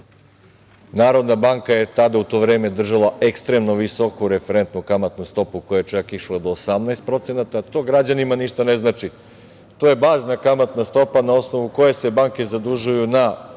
Narodna banka je tada u to vreme držala ekstremno visoku referentnu kamatnu stopu, koja je čak išla do 18%. To građanima ništa ne znači, to je bazna kamatna stopa na osnovu koje se banke zadužuju na